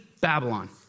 Babylon